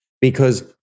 because-